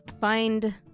find